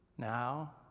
Now